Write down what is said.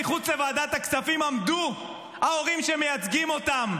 מחוץ לוועדת הכספים עמדו ההורים שמייצגים אותם,